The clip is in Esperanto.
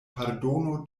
pardonu